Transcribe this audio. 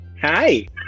hi